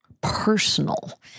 personal